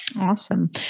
Awesome